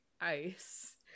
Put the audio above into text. ice